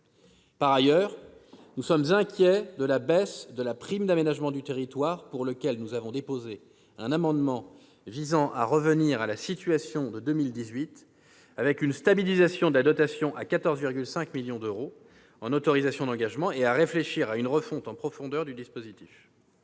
Par ailleurs, nous sommes inquiets de la baisse de la prime d'aménagement du territoire. Nous avons déposé un amendement visant à revenir à la situation de 2018, avec une stabilisation de la dotation à 14,5 millions d'euros en autorisations d'engagement. Il s'agit de réfléchir à une refonte en profondeur du dispositif.